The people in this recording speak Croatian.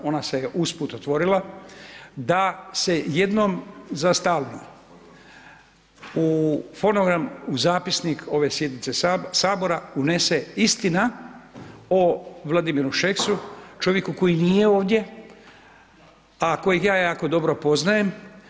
Ona se usput otvorila, da se jednom za stalno u fonogram, u zapisnik ove sjednice Sabora unese istina o Vladimiru Šeksu čovjeku koji nije ovdje, a kojeg ja jako dobro poznajem.